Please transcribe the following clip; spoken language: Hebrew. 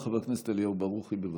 חבר הכנסת אליהו ברוכי, בבקשה.